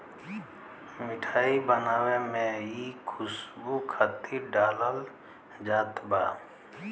मिठाई बनावे में इ खुशबू खातिर डालल जात बा